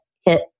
hit